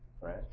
Right